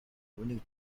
үүнийг